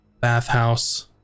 bathhouse